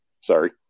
Sorry